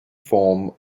form